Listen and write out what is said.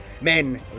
Men